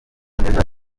neza